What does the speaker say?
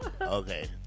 Okay